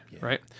right